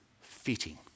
fitting